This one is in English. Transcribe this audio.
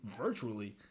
virtually